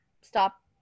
stop